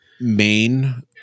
main